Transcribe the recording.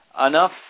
enough